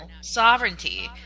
sovereignty